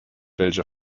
welche